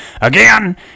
again